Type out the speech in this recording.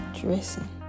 Dressing